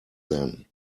then